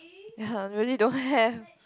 really don't have